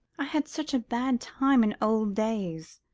i had such a bad time in old days.